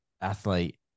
athlete